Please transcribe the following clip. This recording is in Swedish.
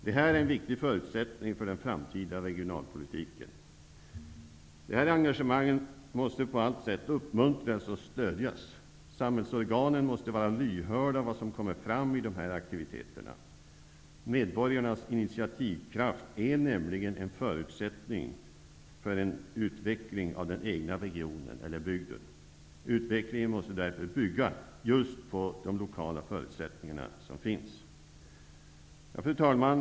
Detta är en viktig förutsättning för den framtida regionalpolitiken. Detta engagemang måste på allt sätt uppmuntras och stödjas. Samhällsorganen måste vara lyhörda för vad som kommer fram i dessa aktiviteter. Medborgarnas initiativkraft är nämligen en förutsättning för utveckling av den egna regionen eller bygden. Utvecklingen måste därför bygga just på de lokala förutsättningar som finns. Fru talman!